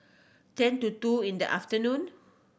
ten to two in the afternoon